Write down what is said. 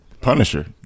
Punisher